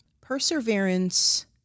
Perseverance